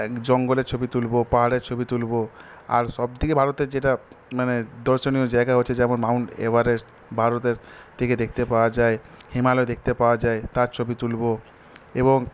জঙ্গলের ছবি তুলব পাহাড়ের ছবি তুলব আর সবথেকে ভারতের যেটা মানে দর্শনীয় জায়গা হচ্ছে যেমন মাউন্ট এভারেস্ট ভারতের থেকে দেখতে পাওয়া যায় হিমালয় দেখতে পাওয়া যায় তার ছবি তুলব এবং